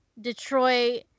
Detroit